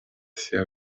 sia